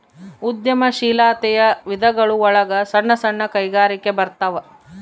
ಉದ್ಯಮ ಶೀಲಾತೆಯ ವಿಧಗಳು ಒಳಗ ಸಣ್ಣ ಸಣ್ಣ ಕೈಗಾರಿಕೆ ಬರತಾವ